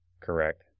Correct